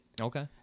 Okay